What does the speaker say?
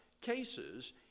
cases